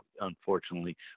Unfortunately